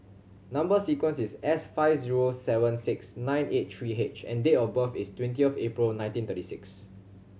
number sequence is S five zero seven six nine eight three H and date of birth is twenty of April nineteen thirty six